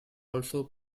also